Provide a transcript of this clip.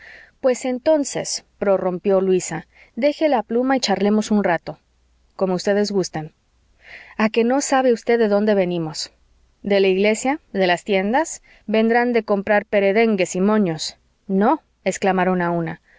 pues entonces prorrumpió luisa deje la pluma y charlemos un rato como ustedes gusten a qué no sabe usted de dónde venimos de la iglesia de las tiendas vendrán de comprar perendengues y moños no exclamaron a una